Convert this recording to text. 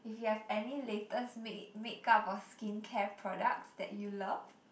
if you have any latest mak~ make up or skincare products that you love